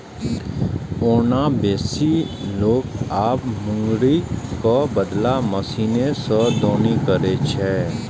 ओना बेसी लोक आब मूंगरीक बदला मशीने सं दौनी करै छै